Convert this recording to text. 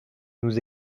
nous